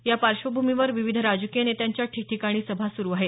या पार्श्वभूमीवर विविध राजकीय नेत्यांच्या ठिकठिकाणी सभा सुरू आहेत